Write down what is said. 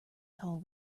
tall